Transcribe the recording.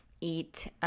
eat